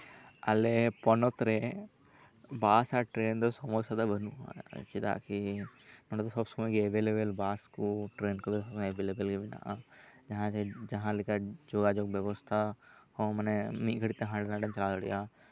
ᱟᱞᱮ ᱯᱚᱱᱚᱛ ᱨᱮ ᱵᱟᱥ ᱟᱨ ᱴᱨᱮᱱ ᱨᱮᱭᱟᱜ ᱫᱚ ᱥᱚᱢᱚᱥᱥᱟ ᱫᱚ ᱵᱟᱱᱩᱜᱼᱟ ᱪᱮᱫᱟᱜ ᱠᱤ ᱱᱚᱸᱰᱮ ᱫᱚ ᱥᱚᱵᱥᱚᱢᱚᱭ ᱜᱮ ᱮᱵᱮᱞᱮᱵᱮᱞ ᱜᱮ ᱵᱟᱥ ᱠᱚ ᱴᱨᱮᱱ ᱠᱚ ᱢᱮᱱᱟᱜᱼᱟ ᱡᱟᱦᱟᱸᱜᱮ ᱡᱟᱦᱟᱸᱞᱮᱠᱟ ᱡᱳᱜᱟᱡᱳᱜᱽ ᱵᱮᱵᱚᱥᱛᱷᱟ ᱦᱚᱸ ᱢᱟᱱᱮ ᱢᱤᱫ ᱜᱷᱟᱲᱤᱡ ᱛᱮ ᱦᱟᱸᱰᱮ ᱱᱟᱰᱮᱢ ᱪᱟᱞᱟᱣ ᱫᱟᱲᱮᱭᱟᱜᱼᱟ